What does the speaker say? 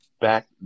Back